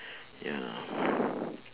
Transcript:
ya lor